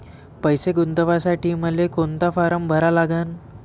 पैसे गुंतवासाठी मले कोंता फारम भरा लागन?